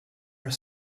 are